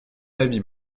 avis